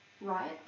right